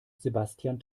sebastian